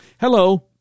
Hello